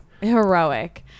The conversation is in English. Heroic